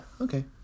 okay